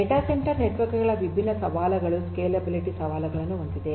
data centre network ಗಳ ವಿಭಿನ್ನ ಸವಾಲುಗಳು ಸ್ಕೇಲೆಬಿಲಿಟಿ ಸವಾಲುಗಳನ್ನು ಒಳಗೊಂಡಿವೆ